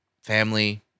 family